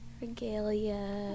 regalia